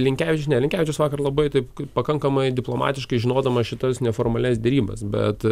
linkevičius ne linkevičius vakar labai taip kaip pakankamai diplomatiškai žinodamas šitas neformalias derybas bet